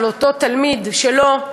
על אותו תלמיד שלו,